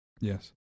Yes